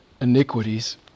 iniquities